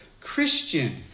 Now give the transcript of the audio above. Christian